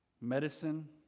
medicine